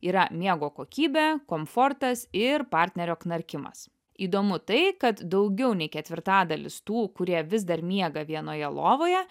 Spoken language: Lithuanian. yra miego kokybė komfortas ir partnerio knarkimas įdomu tai kad daugiau nei ketvirtadalis tų kurie vis dar miega vienoje lovoje